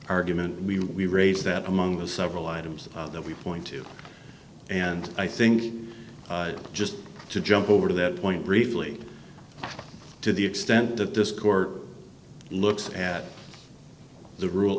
argument we raise that among the several items that we point to and i think just to jump over to that point briefly to the extent that this court looks at the ru